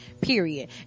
period